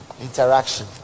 Interaction